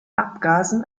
abgasen